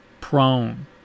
prone